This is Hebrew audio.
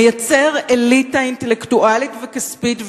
מייצר אליטה אינטלקטואלית וכספית,